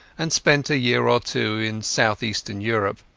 and spent a year or two in south-eastern europe.